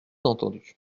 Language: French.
entendu